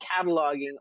cataloging